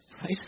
Right